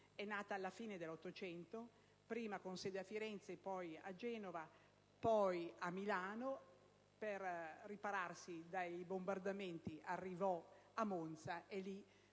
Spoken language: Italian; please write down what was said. istituita alla fine dell'Ottocento, prima con sede a Firenze, poi a Genova, poi a Milano. Per ripararsi dai bombardamenti, arrivò infine a